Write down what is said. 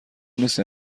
نیست